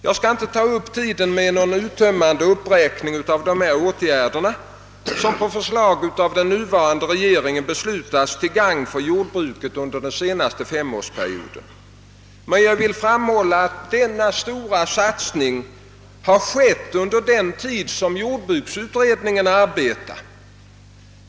Jag skall inte ta upp tiden med någon uttömmande uppräkning av dessa åtgärder som på förslag av den nuvarande regeringen beslutats till gagn för jordbruket under den senaste femårsperioden, men jag vill framhålla att denna stora satsning har gjorts under den tid jordbruksutredningen arbetat.